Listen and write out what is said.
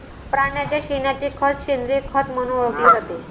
प्राण्यांच्या शेणाचे खत सेंद्रिय खत म्हणून ओळखले जाते